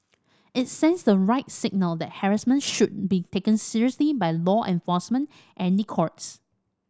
it sends the right signal that harassment should be taken seriously by law enforcement and the courts